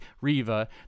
Riva